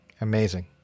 Amazing